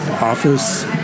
office